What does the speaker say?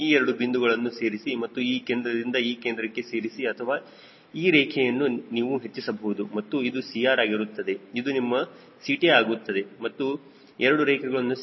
ಈ 2 ಬಿಂದುಗಳನ್ನು ಸೇರಿಸಿ ಮತ್ತು ಈ ಕೇಂದ್ರದಿಂದ ಈ ಕೇಂದ್ರಕ್ಕೆ ಸೇರಿಸಿ ಅಥವಾ ಈ ರೇಖೆಯನ್ನು ನೀವು ಹೆಚ್ಚಿಸಬಹುದು ಮತ್ತು ಇದು CR ಆಗುತ್ತದೆ ಇದು ನಿಮ್ಮ CT ಆಗುತ್ತದೆ ಮತ್ತು 2 ರೇಖೆಗಳನ್ನು ಸೇರಿಸಿ